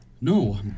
No